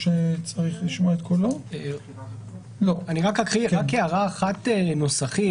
רק הערה אחת נוסחית,